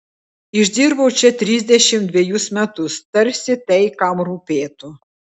išdirbau čia trisdešimt dvejus metus tarsi tai kam rūpėtų